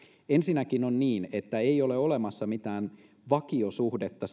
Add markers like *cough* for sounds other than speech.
ensinnäkin on niin että ei ole olemassa mitään vakiosuhdetta *unintelligible*